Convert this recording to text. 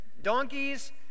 Donkeys